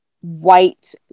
white